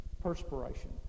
perspiration